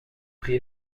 prix